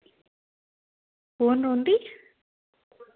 कौन रौंह्नदी